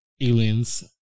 Aliens